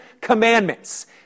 commandments